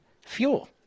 fuel